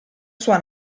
sua